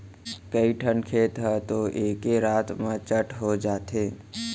कइठन खेत ह तो एके रात म चट हो जाथे